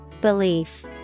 Belief